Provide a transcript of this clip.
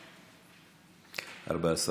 הנושא לוועדה הזמנית לענייני כספים נתקבלה.